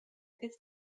ist